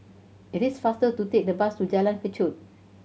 it is faster to take the bus to Jalan Kechot